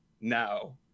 now